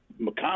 McConnell